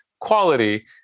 quality